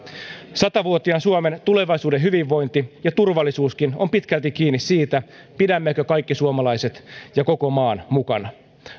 vuotiaan suomen tulevaisuuden hyvinvointi ja turvallisuuskin on pitkälti kiinni siitä pidämmekö kaikki suomalaiset ja koko maan mukana